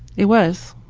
it was.